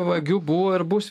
vagių buvo ir bus